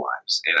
lives